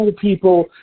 people